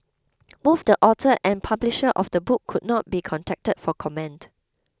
both the author and publisher of the book could not be contacted for comment